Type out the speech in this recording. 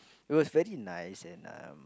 it was very nice and um